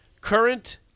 current